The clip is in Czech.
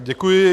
Děkuji.